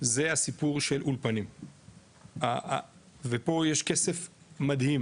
זה הסיפור של אולפנים ופה יש כסף מדהים